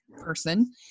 person